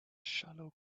shallow